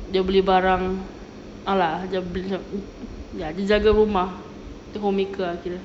dia beli barang ya lah dia beli ya dia jaga rumah dia homemaker ah